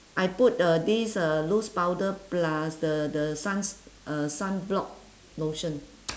I put uh this uh loose powder plus the the sun s~ uh sunblock lotion